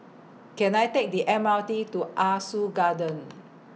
Can I Take The M R T to Ah Soo Garden